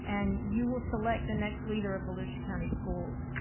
and you will select the next leader of volusia county schools.